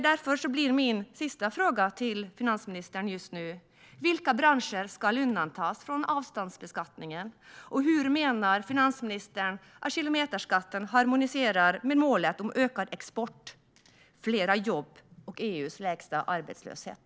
Därför blir mina sista frågor till finansministern just nu: Vilka branscher ska undantas från avståndsbeskattningen? Och hur menar finansministern att kilometerskatten harmoniserar med målet om ökad export, fler jobb och EU:s lägsta arbetslöshet?